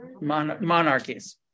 monarchies